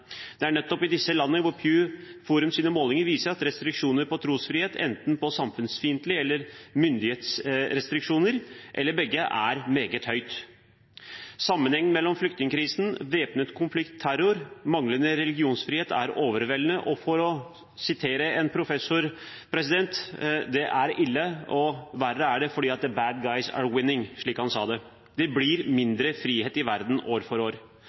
Det er nettopp i disse landene Pew Forums målinger viser at restriksjoner på trosfrihet, enten samfunnsfiendtlighets- eller myndighetsrestriksjoner, eller begge, er meget store. Sammenhengen mellom flyktningkrisen, væpnet konflikt, terror og manglende religionsfrihet er overveldende. For å sitere en professor: Det er ille, og verre er det fordi «the bad guys are winning». Det blir mindre frihet i verden år for år.